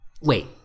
Wait